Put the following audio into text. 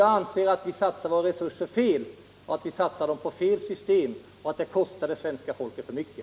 Jag anser att vi satsar våra resurser fel, på fel system, och att det kostar det svenska folket för mycket.